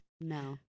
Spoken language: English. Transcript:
No